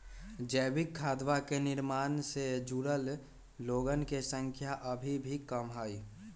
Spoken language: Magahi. जैविक खदवा के निर्माण से जुड़ल लोगन के संख्या अभी भी कम हई